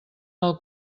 del